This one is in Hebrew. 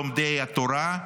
לומדי תורה,